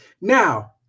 Now